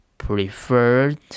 Preferred